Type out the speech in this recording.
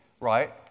right